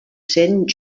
sent